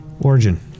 Origin